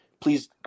please